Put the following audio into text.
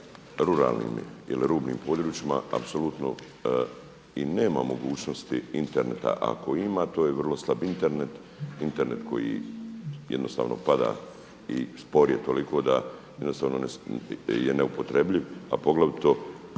ruralnim ili rubnim područjima apsolutno i nema mogućnosti interneta ako ima to je vrlo slab Internet, Internet koji jednostavno pada i spor je toliko da jednostavno je neupotrebljiv a poglavito